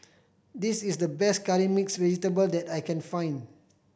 this is the best Curry Mixed Vegetable that I can find